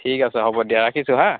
ঠিক আছে হ'ব দিয়া ৰাখিছোঁ হাঁ